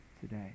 today